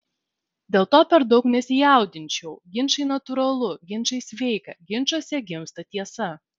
dėl to per daug nesijaudinčiau ginčai natūralu ginčai sveika ginčuose gimsta tiesa